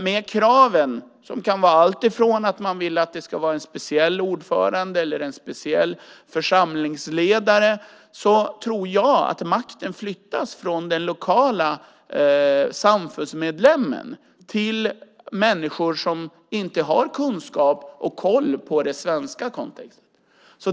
Med kraven, det kan till exempel vara att man vill att det ska vara en speciell ordförande eller församlingsledare, flyttas makten från den lokala samfundsmedlemmen till människor som inte har kunskap och koll på den svenska kontexten.